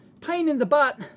pain-in-the-butt